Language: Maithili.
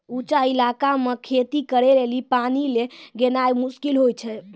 ऊंचो इलाका मे खेती करे लेली पानी लै गेनाय मुश्किल होय छै